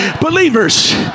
Believers